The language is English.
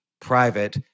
private